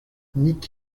nick